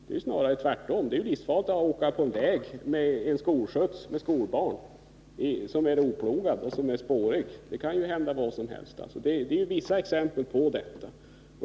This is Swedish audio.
Det är snarare tvärtom — det är ju livsfarligt att åka på en oplogad och spårig väg med skolbarn i en skolskjuts. Det kan ju hända vad som helst. Detta är bara ett exempel.